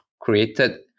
created